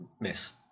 miss